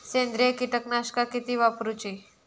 सेंद्रिय कीटकनाशका किती वापरूची?